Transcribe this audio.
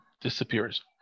disappears